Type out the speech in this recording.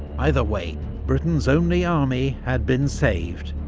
either way, britain's only army had been saved,